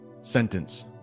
sentence